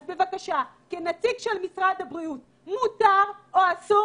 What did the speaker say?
בבקשה, כנציג משרד הבריאות האם מותר או אסור